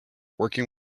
working